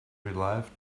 relieved